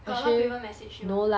got a lot of people message you